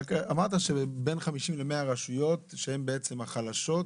רק אמרת שבין 50 ל-100 רשויות, שהן בעצם החלשות,